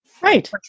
Right